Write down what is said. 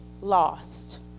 lost